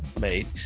mate